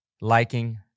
liking